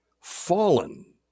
fallen